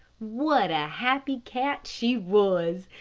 what a happy cat she was!